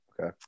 Okay